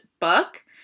book